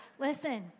listen